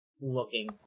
looking